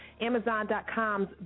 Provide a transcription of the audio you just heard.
Amazon.com's